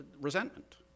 resentment